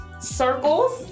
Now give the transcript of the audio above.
circles